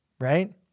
Right